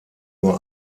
nur